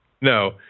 No